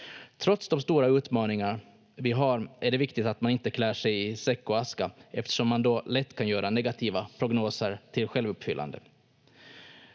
Trots de stora utmaningar vi har är det viktigt att man inte klär sig i säck och aska, eftersom man då lätt kan göra negativa prognoser till självuppfyllande.